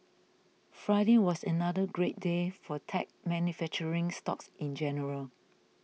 Friday was another great day for tech manufacturing stocks in general